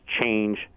change